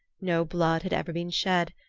no blood had ever been shed,